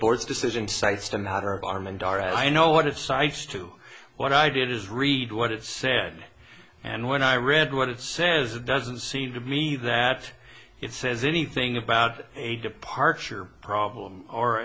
board's decision cites to matter armond are i know what if cites to what i did is read what it said and when i read what it says it doesn't seem to me that it says anything about a departure problem or